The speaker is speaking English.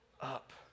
up